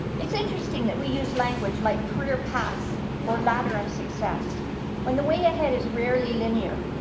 it's interesting that we use language like career path or ladder of success when the way ahead is rarely linear.